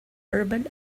urban